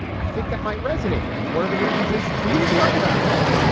i think that might resonate one of the reasons is he is right about that.